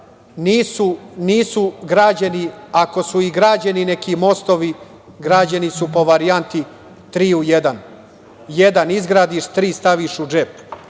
Nisu građeni, ako su i građeni neki mostovi, građeni su po varijanti „3 u 1“ jedan izgradiš, tri staviš u džep.